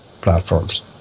platforms